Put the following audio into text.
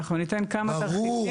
אנחנו כמה תרחישים.